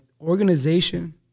organization